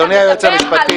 אדוני היועץ המשפטי.